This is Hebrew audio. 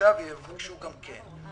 עכשיו ויבקשו גם כן.